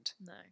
No